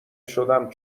شدم